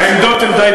אה, כי מה?